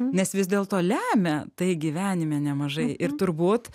nes vis dėlto lemia tai gyvenime nemažai ir turbūt